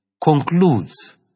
concludes